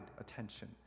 attention